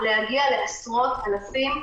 להגיע לעשרות אלפים,